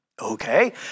Okay